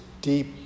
deep